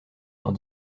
dans